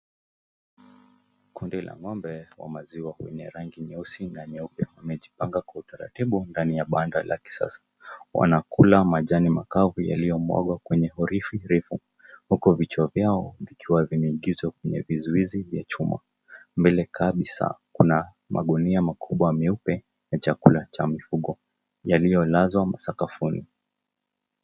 Kundi la ng'ombe wa maziwa wenye rangi nyeusi na nyeupe wamejipanga kwa utaratibu ndani ya banda la kisasa, wanakula majani makavu yaliyomwagwa kwenye horifi refu, huku vichwa vyao vikiwa vimeingizwa kwenye vizuizi vya chuma, mbele kabisa kuna magunia meupe ya chakula ya mifugo, yaliyolazwa sakafuni.